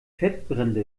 fettbrände